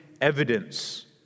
evidence